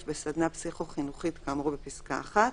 בסדנה פסיכו-חינוכית כאמור בפסקה (1)